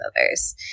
others